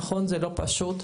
נכון, זה לא פשוט.